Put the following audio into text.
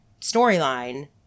storyline